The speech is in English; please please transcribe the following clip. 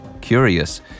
Curious